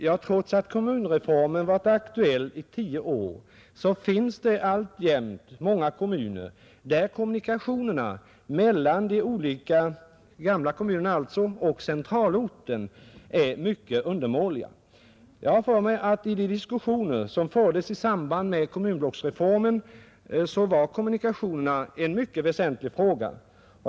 Jo, trots att kommunreformen varit aktuell i tio år finns det alltjämt många kommuner där kommunikationerna mellan de olika gamla kommunerna och centralorten är mycket undermåliga. I de diskussioner som fördes i samband med kommunblocksreformen har jag för mig att kommunikationerna var en mycket väsentlig fråga.